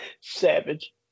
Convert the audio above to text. Savage